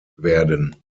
werden